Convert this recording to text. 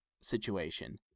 situation